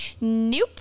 Nope